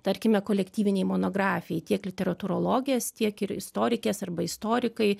tarkime kolektyvinei monografijai tiek literatūrologės tiek ir istorikės arba istorikai